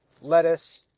lettuce